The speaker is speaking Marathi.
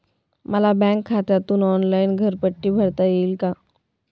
मला बँक खात्यातून ऑनलाइन घरपट्टी भरता येईल का?